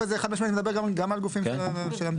הסעיף הזה חד-משמעית מדבר גם על גופים של המדינה.